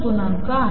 गुणांक आहे